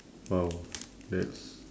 !wow! that's